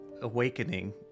awakening